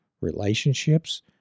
relationships